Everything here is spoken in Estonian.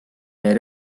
meie